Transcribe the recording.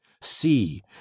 See